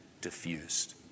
diffused